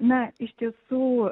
na iš tiesų